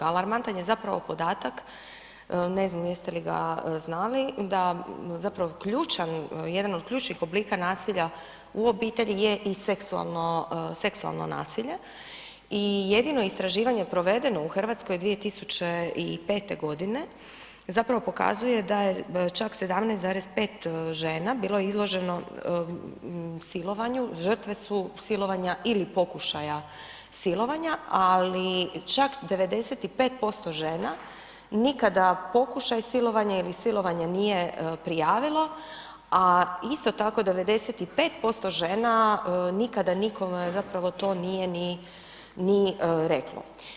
Alarmantan je zapravo podatak, ne znam jeste li ga znali, da zapravo ključan, jedan od ključnih oblika nasilja u obitelji je i seksualno, seksualno nasilje i jedino istraživanje provedeno u RH 2005.g. zapravo pokazuje da je čak 17,5 žena bilo izloženo silovanju, žrtve su silovanja ili pokušaja silovanja, ali čak 95% žena nikada pokušaj silovanja ili silovanje nije prijavilo, a isto tako 95% nikada nikome zapravo to nije ni, ni reklo.